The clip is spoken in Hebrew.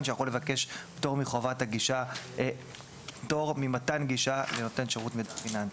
שיכול לבקש פטור ממתן גישה לנותן שירות מידע פיננסי.